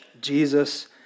Jesus